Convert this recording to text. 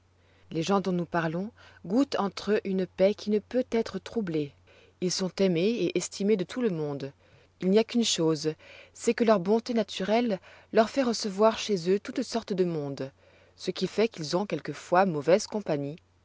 les gens dont nous parlons goûtent entre eux une paix qui ne peut être troublée ils sont aimés et estimés de tout le monde il n'y a qu'une chose c'est que leur bonté naturelle leur fait recevoir chez eux toute sorte de monde ce qui fait qu'ils ont quelquefois mauvaise compagnie